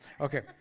Okay